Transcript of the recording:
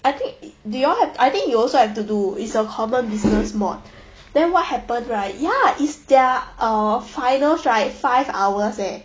I think do you all have I think you also have to do it's a common business mod then what happened right ya is their uh finals right five hours leh